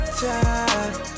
time